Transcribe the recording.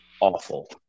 awful